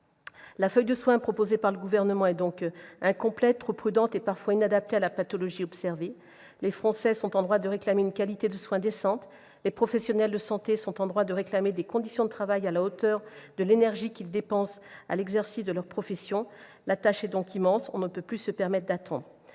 La feuille de soins proposée par le Gouvernement est donc incomplète, trop prudente et parfois inadaptée à la pathologie observée. Les Français sont en droit de réclamer une qualité de soins décente ; les professionnels de santé sont en droit de réclamer des conditions de travail à la hauteur de l'énergie qu'ils dépensent dans l'exercice de leur profession. La tâche est immense et on ne peut plus se permettre d'attendre.